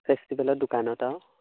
ফেষ্টিভেলৰ দোকানত আৰু